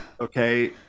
Okay